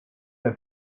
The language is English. her